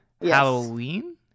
Halloween